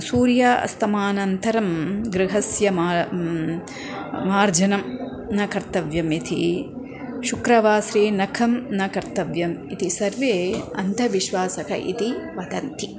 सूर्यास्तादनन्तरं गृहस्य मा मार्जनं न कर्तव्यम् इति शुक्रवासरे नखं न कर्तव्यम् इति सर्वे अन्धविश्वासः इति वदन्ति